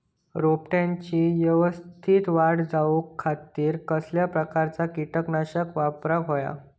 रोपट्याची यवस्तित वाढ जाऊच्या खातीर कसल्या प्रकारचा किटकनाशक वापराक होया?